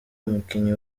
umukinnyi